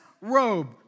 robe